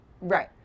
Right